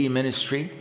ministry